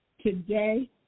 today